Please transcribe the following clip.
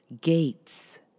gates